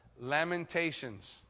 Lamentations